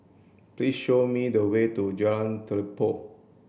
please show me the way to Jalan Telipok